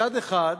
מצד אחד,